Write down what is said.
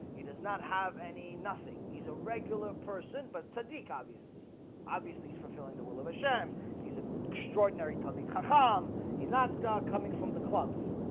he does not have any nothing he's a regular person, but sadiq obviously obviously is fulfilling the will of hashem. he's an extraordinary to me calm he's not coming from the clubs.